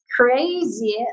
crazy